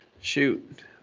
shoot